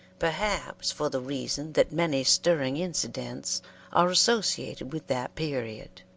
perhaps for the reason that many stirring incidents are associated with that period.